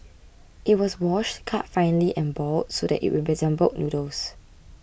it was washed cut finely and boiled so that it resembled noodles